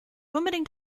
unbedingt